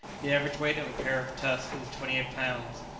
the average weight of a pair of tusks is twenty eight lbs,